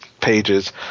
pages